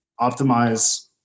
optimize